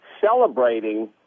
celebrating